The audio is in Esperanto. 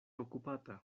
okupata